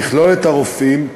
תכלול את הרופאים,